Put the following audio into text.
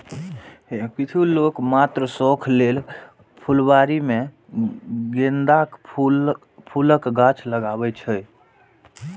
किछु लोक मात्र शौक लेल फुलबाड़ी मे गेंदाक फूलक गाछ लगबै छै